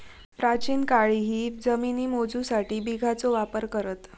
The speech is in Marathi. प्राचीन काळीही जमिनी मोजूसाठी बिघाचो वापर करत